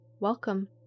Welcome